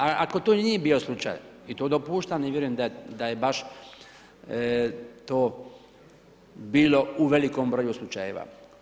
A ako to i nije bio slučaj i to dopuštam i vjerujem da je baš to bilo u velikom broju slučajeva.